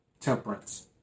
Temperance